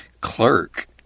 clerk